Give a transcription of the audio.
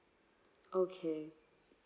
okay